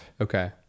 Okay